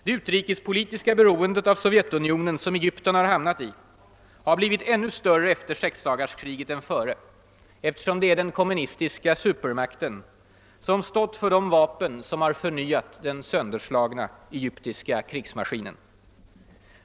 Det utrikespolitiska beroendet av Sovjetunionen, som Egypten hamnat i, har blivit ännu större efter sexdagarskriget än före, eftersom det är den kommunistiska supermakten som stått för de vapen som förnyat den sönderslagna egyptiska krigsmaskinen.